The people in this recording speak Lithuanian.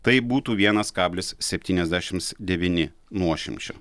tai būtų vienas kablis septyniasdešimts devyni nuošimčio